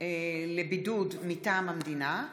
לבידוד מטעם המדינה)